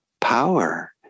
power